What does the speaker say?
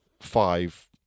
five